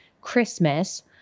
Christmas